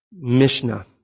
Mishnah